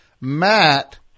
Matt